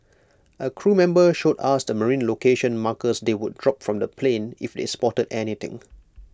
A crew member showed us the marine location markers they would drop from the plane if they spotted anything